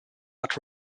but